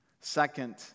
Second